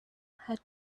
had